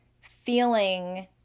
feeling